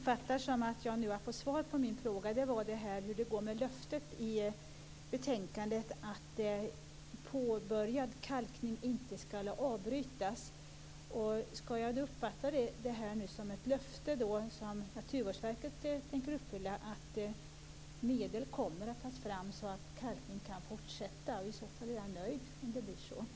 Fru talman! Jag vill få svar på min fråga om löftet i betänkandet att påbörjad kalkning inte skall avbrytas. Skall jag uppfatta det som Naturvårdsverket tänker göra som ett löfte att medel kommer att tas fram så att kalkning kan fortsätta? Jag är nöjd om det blir så.